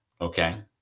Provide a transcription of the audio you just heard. okay